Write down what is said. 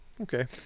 Okay